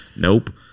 nope